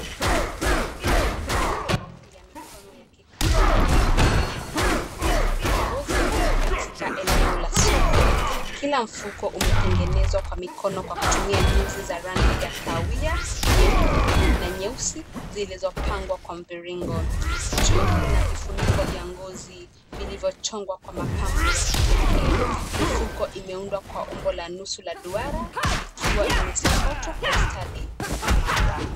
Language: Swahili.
Mifuko ya mikono ya kikapu imening’inizwa kwa mistari ya ngozi katika eneo la soko. Kila mfuko umetengenezwa kwa mkono kwa kutumia nyuzi za rangi ya kahawia, nyeupe na nyeusi zilizopangwa kwa mviringo. Juu kuna vifuniko vya ngozi vilivyochongwa kwa mapambo ya kipekee. Mifuko imeundwa kwa umbo la nusu la duara ikiwa imesokotwa kwa ustadi imara.